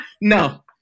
No